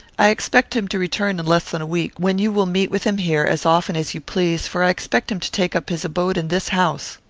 i expect him to return in less than a week, when you will meet with him here as often as you please, for i expect him to take up his abode in this house.